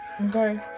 okay